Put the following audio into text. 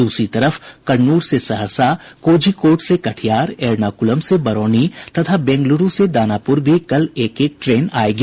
दूसरी तरफ कन्नूर से सहरसा कोझिकोड से कटिहार एर्नाकुलम से बरौनी तथा बेंगलूरू से दानापुर भी कल एक एक ट्रेन आयेगी